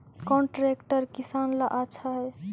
कौन ट्रैक्टर किसान ला आछा है?